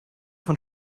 von